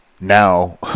now